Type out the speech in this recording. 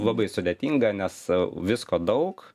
labai sudėtinga nes visko daug